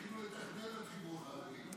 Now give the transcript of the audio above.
שיתחילו לתכנן לציבור החרדי, כי לא מתכננים.